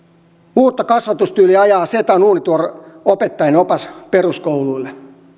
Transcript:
uutta kasvatustyyliä ajaa setan uunituore opettajien opas peruskouluille